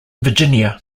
virginia